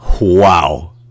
Wow